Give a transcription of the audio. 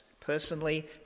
personally